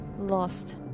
lost